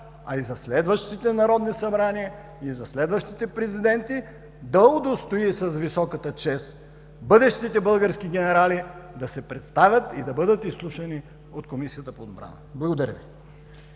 а и за следващите народни събрания, и за следващите президенти, да удостои с високата чест бъдещите български генерали да се представят и да бъдат изслушани от Комисията по отбрана. Благодаря.